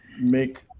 make